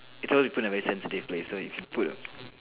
it's supposed to be put in a very sensitive place so if you put